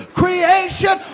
creation